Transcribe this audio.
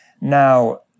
Now